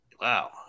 Wow